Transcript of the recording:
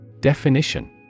Definition